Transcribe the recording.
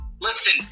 listen